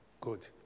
Good